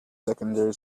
secondary